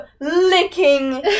licking